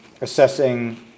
assessing